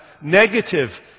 negative